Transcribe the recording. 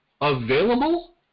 available